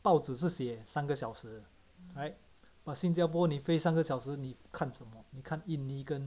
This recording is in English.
报纸是写三个小时 right but 新加坡你飞三个小时你看什么你看印尼跟